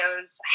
videos